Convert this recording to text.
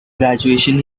graduation